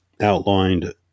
outlined